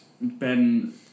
Ben